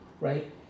right